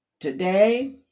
Today